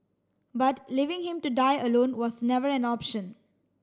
but leaving him to die alone was never an option